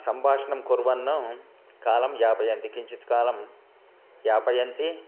सम्भाषणं कुर्वन् कालं यापयन्ति किञ्चित्कालं यापयन्ति